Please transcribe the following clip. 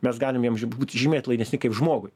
mes galim jam ž būt žymiai atlaidesni kaip žmogui